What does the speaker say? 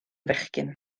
fechgyn